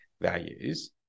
values